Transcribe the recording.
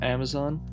Amazon